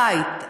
בית,